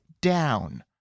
down